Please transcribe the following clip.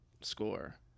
score